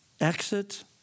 Exit